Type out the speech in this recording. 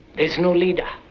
there's no leader,